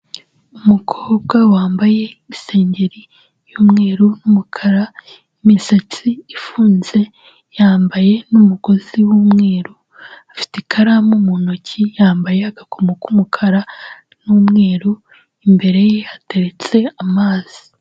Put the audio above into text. Umukobwa wambaye isengeri y'umweru n'umukara, imisatsi ifunze, yambaye n'umugozi w'umweru, afite ikaramu mu ntoki, yambaye agakomo k'umukara n'umweru, imbere ye hateretse amazi.